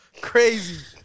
Crazy